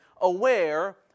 aware